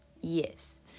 Yes